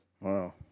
Wow